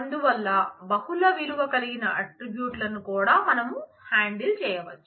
అందువల్ల బహుళ విలువ కలిగిన ఆట్రిబ్యూట్ లను కూడా మనం హ్యాండిల్ చేయవచ్చు